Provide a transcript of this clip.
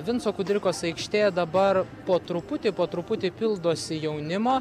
vinco kudirkos aikštėje dabar po truputį po truputį pildosi jaunimo